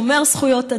שומר זכויות אדם,